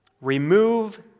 Remove